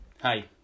Hi